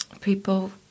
people